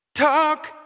Talk